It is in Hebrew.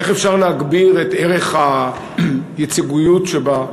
איך אפשר להגביר את ערך הייצוגיות שבה,